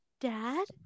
dad